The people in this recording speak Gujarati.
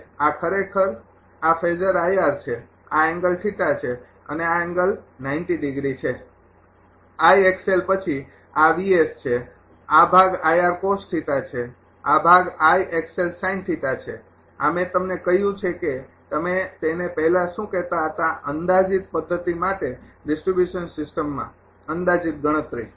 આ ખરેખર આ ફેઝર છે આ એંગલ છે અને આ એંગલ ૯૦ ડિગ્રી છે પછી આ છે આ ભાગ છે આ ભાગ છે આ મેં તમને કહ્યું છે કે તમે તેને પહેલા શું કહેતા હતા અંદાજિત પદ્ધતિ માટે ડિસ્ટ્રિબ્યુશન સિસ્ટમમાં અંદાજિત ગણતરી